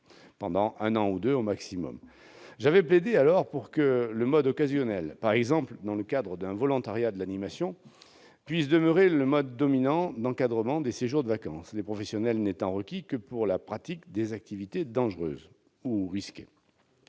pendant un an ou deux au maximum. J'avais plaidé alors pour que le mode occasionnel, par exemple dans le cadre d'un volontariat de l'animation, puisse demeurer le mode dominant d'encadrement des séjours de vacances, les professionnels n'étant requis que pour la pratique des activités dangereuses ou risquées.